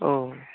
औ